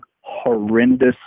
horrendous